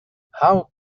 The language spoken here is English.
how